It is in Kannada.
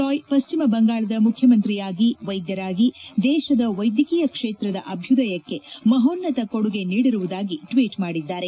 ರಾಯ್ ಪಶ್ಚಿಮ ಬಂಗಾಳದ ಮುಖ್ಯಮಂತ್ರಿಯಾಗಿ ವೈದ್ಯರಾಗಿ ದೇಶದ ವೈದ್ಯಕೀಯ ಕ್ಷೇತ್ರದ ಅಭ್ಯದಯಕ್ಕೆ ಮಹೋನ್ನತ ಕೊಡುಗೆ ನೀಡಿರುವುದಾಗಿ ಟ್ವೀಟ್ ಮಾಡಿದ್ದಾರೆ